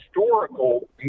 historical